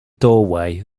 doorway